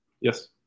Yes